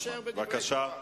נישאר בדברי שבח.